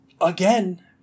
again